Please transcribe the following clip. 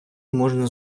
можна